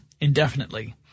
indefinitely